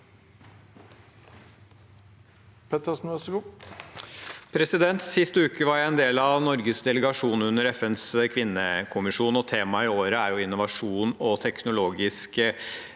Sist uke var jeg en del av Norges delegasjon under FNs kvinnekommisjon, og temaet i år var innovasjon og teknologisk